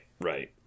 right